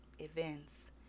events